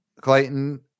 Clayton